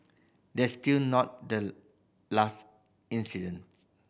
that's still not the last incident